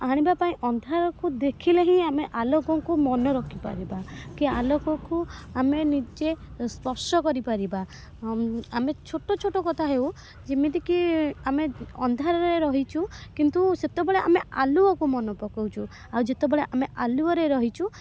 ଆଣିବା ପାଇଁ ଅନ୍ଧାରକୁ ଦେଖିଲେ ଆମେ ଆଲୋକଙ୍କୁ ମନେ ରଖି ପାରିବା କି ଆଲୋକକୁ ଆମେ ନିଜେ ସ୍ପର୍ଶ କରି ପାରିବା ଆମେ ଛୋଟ ଛୋଟ କଥା ହେଉ ଯେମିତିକି ଆମେ ଅନ୍ଧାରରେ ରହିଛୁ କିନ୍ତୁ ସେତେବେଳେ ଆମେ ଆଲୁଅକୁ ମନେ ପକାଉଛୁ ଆଉ ଯେତେବେଳେ ଆମେ ଆଲୁଅରେ ରହିଛୁ